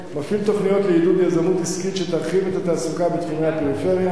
מפעיל תוכניות לעידוד יזמות עסקית שתרחיב את התעסוקה בתחומי הפריפריה,